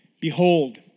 Behold